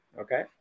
okay